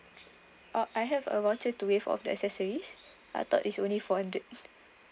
orh I have a voucher to waive off the accessories I thought is only for the